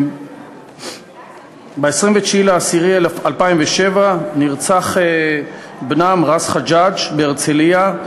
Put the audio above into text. ב-29 באוקטובר 2007 נרצח בנם רז חג'ג' מהרצלייה,